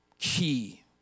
key